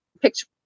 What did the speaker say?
picture